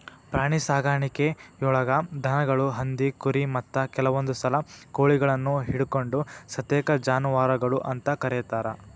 ಪ್ರಾಣಿಸಾಕಾಣಿಕೆಯೊಳಗ ದನಗಳು, ಹಂದಿ, ಕುರಿ, ಮತ್ತ ಕೆಲವಂದುಸಲ ಕೋಳಿಗಳನ್ನು ಹಿಡಕೊಂಡ ಸತೇಕ ಜಾನುವಾರಗಳು ಅಂತ ಕರೇತಾರ